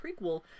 prequel